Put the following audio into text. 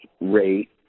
rate